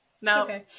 No